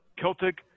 Celtic